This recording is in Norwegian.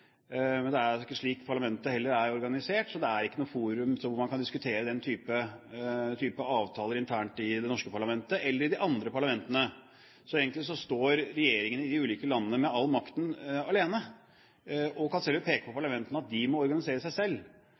men det er ikke slik parlamenter er organisert. Det er ikke noe forum hvor man kan diskutere den type avtaler internt, verken det norske parlamentet eller de andre parlamentene. Egentlig står regjeringen i de ulike landene med all makten alene. Man kan selvfølgelig peke på parlamentene og si at de må organisere seg selv.